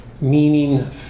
meaning